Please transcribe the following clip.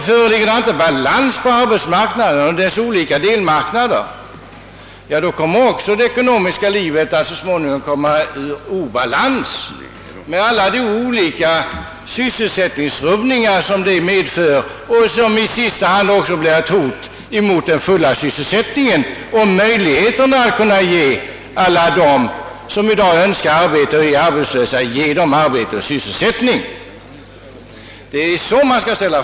Föreligger det inte balans på arbetsmarknaden och dess olika delmarknader, då kommer också det ekonomiska livet så småningom i obalans med alla de olika sysselsättningsrubbningar som detta medför och som i sista hand blir ett hot mot den fulla sysselsättningen och möjligheterna att bereda sysselsättning åt alla dem som i dag är arbetslösa och önskar arbete. Det är så frågan skall ställas.